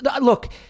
Look